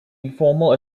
informal